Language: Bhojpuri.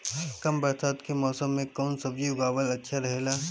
कम बरसात के मौसम में कउन सब्जी उगावल अच्छा रहेला?